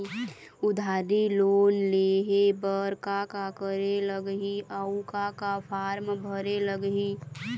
उधारी लोन लेहे बर का का करे लगही अऊ का का फार्म भरे लगही?